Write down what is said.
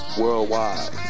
worldwide